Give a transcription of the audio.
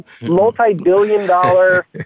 multi-billion-dollar